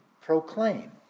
proclaim